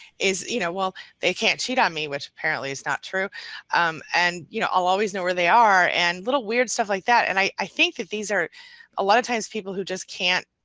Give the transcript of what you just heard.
is you know well they can't cheat on me which apparently is not true and you know i'll always know where they are and little weird stuff like that and i think that these are a lot of times people who just can't